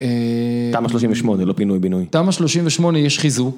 תמ"א 38, לא פינוי בינוי. תמ"א 38 יש חיזוק.